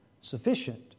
Sufficient